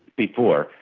before,